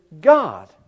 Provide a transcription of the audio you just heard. God